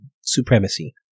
supremacy